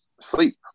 sleep